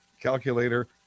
calculator